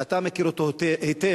שאתה מכיר אותו היטב,